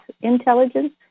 intelligence